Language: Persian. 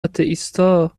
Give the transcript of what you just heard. آتئیستا